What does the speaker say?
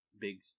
big